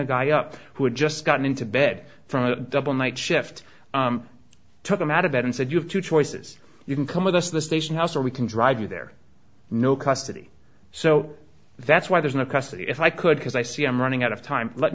a guy up who had just gotten into bed from a double night shift took him out of bed and said you have two choices you can come with us the station house or we can drive you there no custody so that's why there's no custody if i could because i see i'm running out of time let